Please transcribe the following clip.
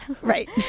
Right